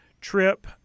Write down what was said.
trip